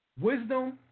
wisdom